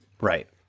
right